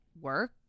work